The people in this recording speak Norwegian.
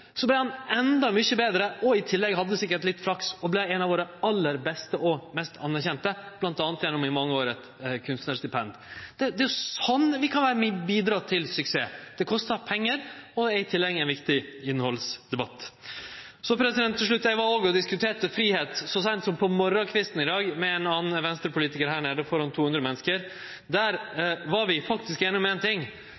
så vart han endå mykje betre – i tillegg hadde han sikkert litt flaks – og vart ein av våre aller beste og mest anerkjente, m.a. gjennom eit kunstnarstipend i mange år. Det er jo sånn vi kan vere med å bidra til suksess. Det kostar pengar og er i tillegg ein viktig innhaldsdebatt. Til slutt: Eg diskuterte òg fridom så seint som på morgonkvisten i dag, med ein Venstre-politikar, framfor 200 menneske. Der var vi faktisk einige om ein ting, og det at